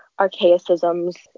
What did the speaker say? archaicisms